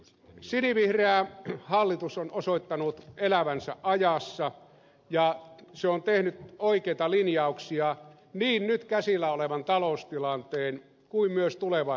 sinivihreä hallitus on osoittanut elävänsä ajassa ja se on tehnyt oikeita linjauksia niin nyt käsillä olevan taloustilanteen kuin myös tulevaisuudenkin suhteen